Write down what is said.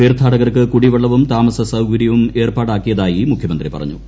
തീർത്ഥാടകർക്ക് കുടിവെള്ളവും താമസസൌക്യവും ഏർപ്പാടാക്കീയുതായി മുഖ്യമന്ത്രി പറഞ്ഞു